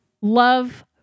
love